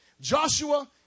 Joshua